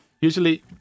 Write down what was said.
usually